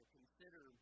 consider